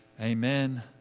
amen